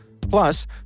Plus